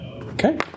Okay